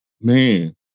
man